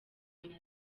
ari